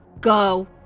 Go